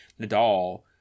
nadal